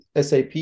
SAP